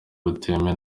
butemewe